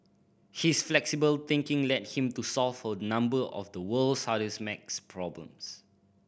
his flexible thinking led him to solve a number of the world's hardest maths problems